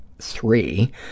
three